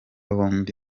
bombi